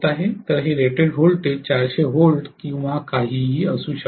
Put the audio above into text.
तर हे rated voltage 400 volt किंवा काहीही असू शकते